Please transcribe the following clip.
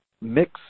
mix